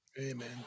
Amen